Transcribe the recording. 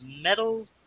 Metal